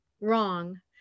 wrong